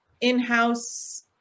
in-house